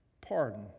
pardon